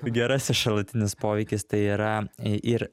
gerasis šalutinis poveikis tai yra ir